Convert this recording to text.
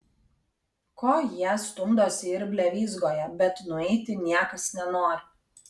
ko jie stumdosi ir blevyzgoja bet nueiti niekas nenori